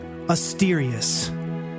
Asterius